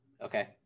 Okay